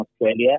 Australia